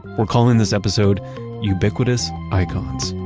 we're calling this episode ubiquitous icons